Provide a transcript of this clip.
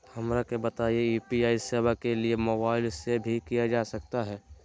हमरा के बताइए यू.पी.आई सेवा के लिए मोबाइल से भी किया जा सकता है?